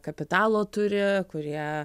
kapitalo turi kurie